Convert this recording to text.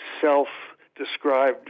self-described